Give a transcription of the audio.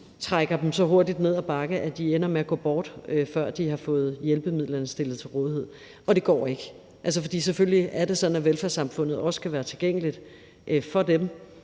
trækker dem så hurtigt ned ad bakke, at de ender med at gå bort, før de har fået hjælpemidlerne stillet til rådighed. Og det går ikke. For selvfølgelig er det sådan, at velfærdssamfundet også skal være tilgængeligt for dem,